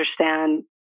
understand